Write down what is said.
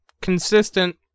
consistent